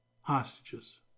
hostages